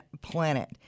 planet